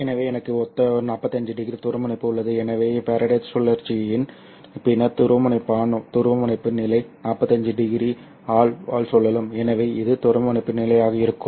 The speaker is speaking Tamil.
எனவே எனக்கு ஒத்த 45 º துருவமுனைப்பு உள்ளது எனவே ஃபாரடே சுழற்சியின் பின்னர் துருவமுனைப்பான் துருவமுனைப்பு நிலை 45º ஆல் சுழலும் எனவே இது துருவமுனைப்பு நிலையாக இருக்கும்